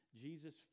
Jesus